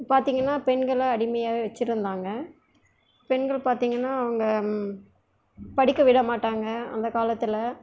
பார்த்திங்கன்னா பெண்களை அடிமையாகவே வச்சுருந்தாங்க பெண்கள் பார்த்திங்கன்னா அவங்க படிக்க விட மாட்டாங்க அந்த காலத்தில்